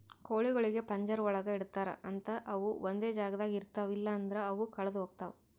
ಕೋಳಿಗೊಳಿಗ್ ಪಂಜರ ಒಳಗ್ ಇಡ್ತಾರ್ ಅಂತ ಅವು ಒಂದೆ ಜಾಗದಾಗ ಇರ್ತಾವ ಇಲ್ಲಂದ್ರ ಅವು ಕಳದೆ ಹೋಗ್ತಾವ